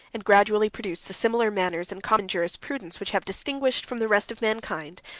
and gradually produced the similar manners, and common jurisprudence, which have distinguished, from the rest of mankind,